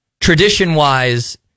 tradition-wise